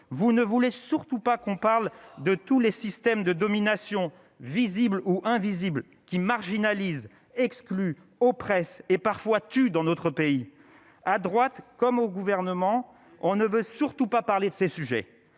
vous ne voulait surtout pas qu'on parle de tous les systèmes de domination visibles ou invisibles qui marginalise exclu oppresse et parfois tuent dans notre pays, à droite comme au gouvernement, on ne veut surtout pas parler de ces sujets,